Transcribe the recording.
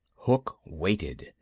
hook waited,